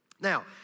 Now